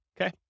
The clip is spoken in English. Okay